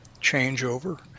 changeover